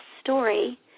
story